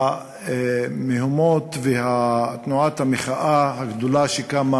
והמהומות ותנועת המחאה הגדולה שקמה